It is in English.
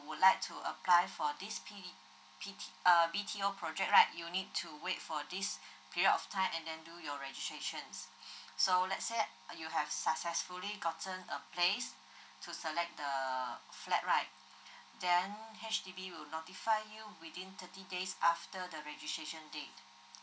you would like to apply for this B_T uh B_T_O project right you need to wait for this period of time and then do your registration so let's say you have successfully gotten a place to select the flat right then H_D_B will notify you within thirty days after the registration date